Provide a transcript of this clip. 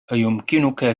أيمكنك